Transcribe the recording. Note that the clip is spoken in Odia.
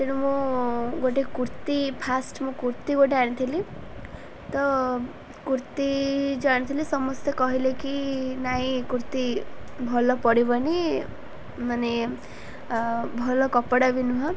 ତେଣୁ ମୁଁ ଗୋଟେ କୁର୍ତ୍ତୀ ଫାଷ୍ଟ ମୁଁ କୁର୍ତ୍ତୀ ଗୋଟେ ଆଣିଥିଲି ତ କୁର୍ତ୍ତୀ ଯୋ ଆଣିଥିଲି ସମସ୍ତେ କହିଲେ କି ନାଇଁ କୁର୍ତ୍ତୀ ଭଲ ପଡ଼ିବନି ମାନେ ଭଲ କପଡ଼ା ବି ନୁହଁ